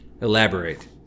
Elaborate